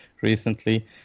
recently